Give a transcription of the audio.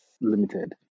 Limited